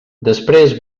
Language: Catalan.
després